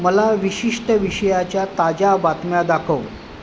मला विशिष्ट विषयाच्या ताज्या बातम्या दाखव